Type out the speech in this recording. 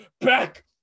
back